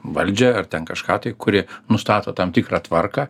valdžią ar ten kažką tai kuri nustato tam tikrą tvarką